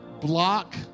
block